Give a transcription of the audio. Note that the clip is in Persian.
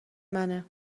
منه